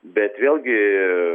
bet vėlgi